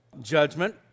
judgment